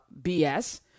BS